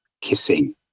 kissing